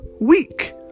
week